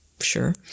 Sure